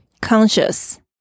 Conscious